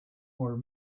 were